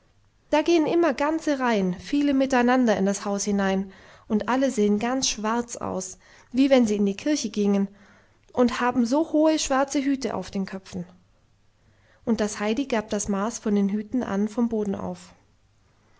da gehen immer ganze reihen viele miteinander in das haus hinein und alle sehen ganz schwarz aus wie wenn sie in die kirche gingen und haben so hohe schwarze hüte auf den köpfen und das heidi gab das maß von den hüten an vom boden auf